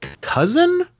cousin